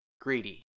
Greedy